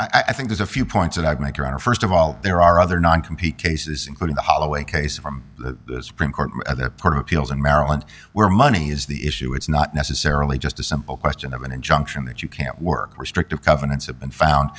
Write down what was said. so i think there's a few points that i can make your honor st of all there are other non compete cases including the holloway case from the supreme court part of appeals in maryland where money is the issue it's not necessarily just a simple question of an injunction that you can't work restrictive covenants have been found